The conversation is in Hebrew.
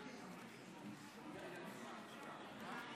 ביקש שאשיב בשמו להצעת החוק